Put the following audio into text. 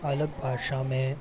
अलग भाषा में